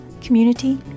community